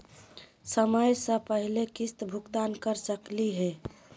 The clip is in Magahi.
समय स पहले किस्त भुगतान कर सकली हे?